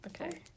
Okay